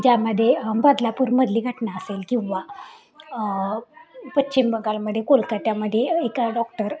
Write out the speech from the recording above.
ज्यामध्ये बदलापूर मधली घटना असेल किंवा पश्चिम बंगालमध्ये कोलकात्यामध्ये एका डॉक्टर